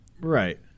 Right